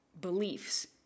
beliefs